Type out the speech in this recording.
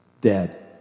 dead